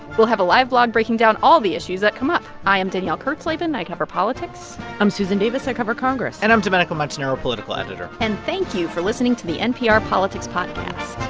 we'll have a live blog breaking down all the issues that come up. i am danielle kurtzleben. i cover politics i'm susan davis. i cover congress and i'm domenico montanaro, political editor and thank you for listening to the npr politics podcast